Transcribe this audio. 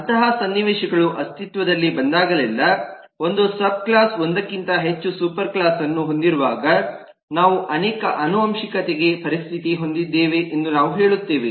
ಅಂತಹ ಸನ್ನಿವೇಶಗಳು ಅಸ್ತಿತ್ವದಲ್ಲಿ ಬಂದಾಗಲೆಲ್ಲಾ ಒಂದು ಸಾಬ್ಕ್ಲಾಸ್ ಒಂದಕ್ಕಿಂತ ಹೆಚ್ಚು ಸೂಪರ್ ಕ್ಲಾಸ್ ಅನ್ನು ಹೊಂದಿರುವಾಗ ನಾವು ಅನೇಕ ಆನುವಂಶಿಕತೆಗೆ ಪರಿಸ್ಥಿತಿ ಹೊಂದಿದ್ದೇವೆ ಎಂದು ನಾವು ಹೇಳುತ್ತೇವೆ